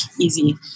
easy